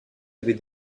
avait